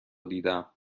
دیدم